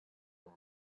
room